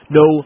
no